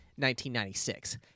1996